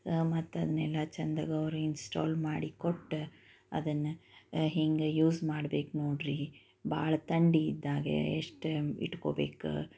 ಮತ್ತದನ್ನೆಲ್ಲ ಚಂದಗಾ ಅವರು ಇನ್ಸ್ಟಾಲ್ ಮಾಡಿ ಕೊಟ್ಟ ಅದನ್ನು ಹೇಗೆ ಯೂಸ್ ಮಾಡ್ಬೇಕು ನೋಡಿರಿ ಭಾಳ ಥಂಡಿ ಇದ್ದಾಗ ಎಷ್ಟು ಇಟ್ಕೋಬೇಕು